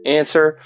answer